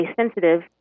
sensitive